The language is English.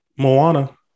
Moana